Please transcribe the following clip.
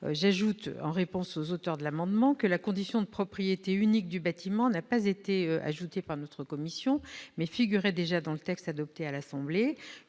précise, en réponse aux auteurs de cet amendement, que la condition de propriété unique du bâtiment n'a pas été ajoutée par notre commission : elle figurait déjà dans le texte adopté par l'Assemblée